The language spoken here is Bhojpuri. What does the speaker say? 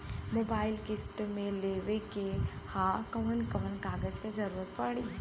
मोबाइल किस्त मे लेवे के ह कवन कवन कागज क जरुरत पड़ी?